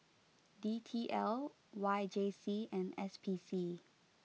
D T L Y J C and S P C